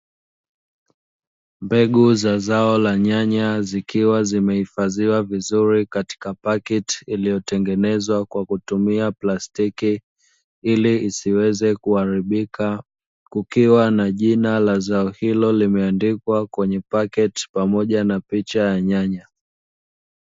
Mbegu za zao la nyanya zikiwa zimehifadhiwa vizuri katika pakiti iliyotengenezwa kwa kutumia plastiki, ili isiweze kuharibika, kukiwa na jina la zao hilo limeandikwa kwenye pakiti pamoja na picha ya nyanya.